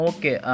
Okay